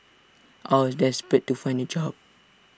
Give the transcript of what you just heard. I was desperate to find A job